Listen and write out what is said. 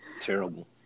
terrible